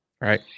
right